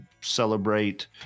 celebrate